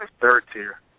third-tier